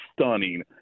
stunning